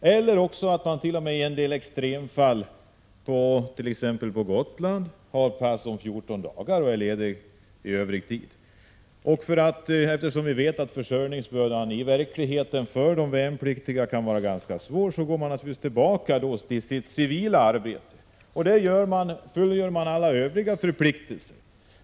Det kan också i en del fall, t.ex. på Gotland, bli pass om 14 dagar. Eftersom de värnpliktigas försörjningsbörda i verkligheten kan vara ganska tung, går de naturligtvis tillbaka till sina civila arbeten under ledigheterna för att fullgöra alla övriga förpliktelser.